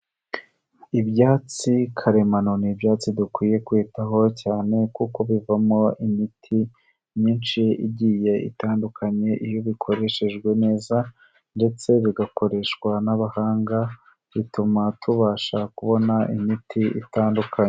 Ibyatsi karemano ni ibyatsi dukwiye kwitaho cyane, kuko bivamo imiti myinshi igiye itandukanye, iyo bikoreshejwe neza ndetse bigakoreshwa n'abahanga bituma tubasha kubona imiti itandukanye.